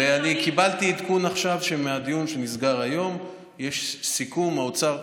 ואני קיבלתי עכשיו עדכון שמהדיון שנסגר היום יש סיכום עם האוצר.